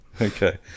okay